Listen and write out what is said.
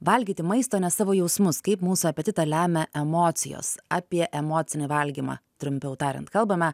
valgyti maistą o ne savo jausmus kaip mūsų apetitą lemia emocijos apie emocinį valgymą trumpiau tariant kalbame